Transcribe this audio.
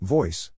Voice